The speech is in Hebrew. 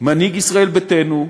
מנהיג ישראל ביתנו,